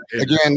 again